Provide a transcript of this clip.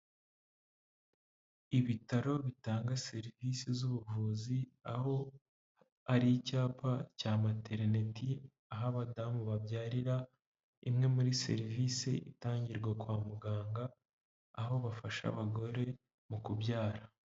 Ibitaro bitanga serivisi z'ubuvuzi, aho ari icyapa cya materineti, aho abadamu babyarira, imwe muri serivisi itangirwa kwa muganga, aho bafasha abagore mu kubyara.